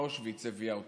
מאושוויץ היא הביאה אותם: